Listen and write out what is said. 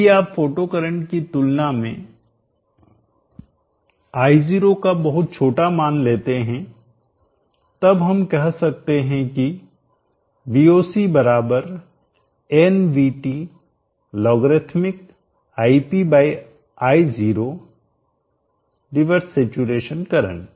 यदि आप photo current की तुलना में I0 का बहुत छोटा मान लेते हैं तब हम कह सकते हैं VOC बराबर nVT logarithmic ip by I0 reverse education current